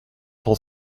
cent